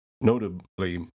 notably